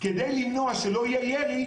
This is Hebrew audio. כדי למנוע שלא יהיה ירי,